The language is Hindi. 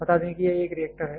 बता दें कि यह एक रिएक्टर है